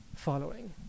following